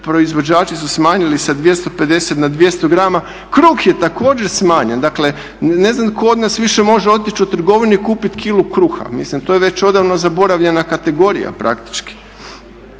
proizvođači su smanjili sa 250 na 200 grama. Kruh je također smanjen, dakle ne znam tko od nas više može otići u trgovinu i kupiti kilu kruh. Mislim to je već odavno zaboravljena kategorija praktički.